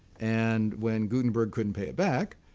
and when gutenberg couldn't pay it back,